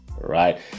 right